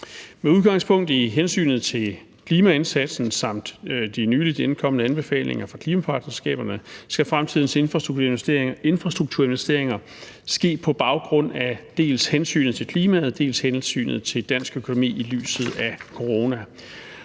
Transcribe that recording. Med udgangspunkt i hensynet til klimaindsatsen samt de nyligt indkomne anbefalinger fra klimapartnerskaberne skal fremtidens infrastrukturinvesteringer ske på baggrund af dels hensynet til klima, dels hensynet til dansk økonomi i lyset af corona.